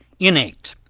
innate,